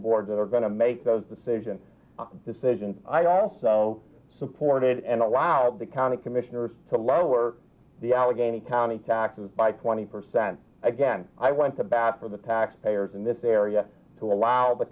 board that are going to make those decisions decisions i also supported and allowed the county commissioners to lower the allegheny county taxes by twenty percent again i went to bat for the taxpayers in this area to allow the